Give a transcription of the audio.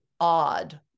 odd